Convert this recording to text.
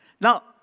Now